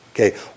Okay